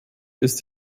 ist